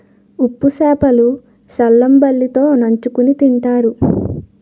ఉప్పు సేప లు సల్లంబలి తో నంచుకుని తింతారు